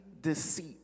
deceit